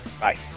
Bye